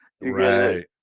Right